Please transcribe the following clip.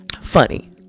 funny